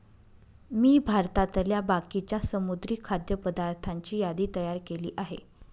मी भारतातल्या बाकीच्या समुद्री खाद्य पदार्थांची यादी तयार केली आहे